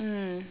mm